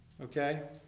okay